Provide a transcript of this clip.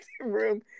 room